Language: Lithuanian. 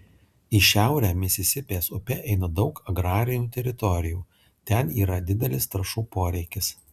į šiaurę misisipės upe eina daug agrarinių teritorijų ten yra didelis trąšų poreikis